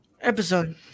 Episode